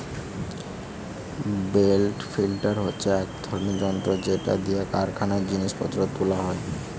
bell lifter হচ্ছে এক রকমের যন্ত্র যেটা দিয়ে কারখানায় জিনিস পত্র তুলা হয়